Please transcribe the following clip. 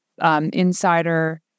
insider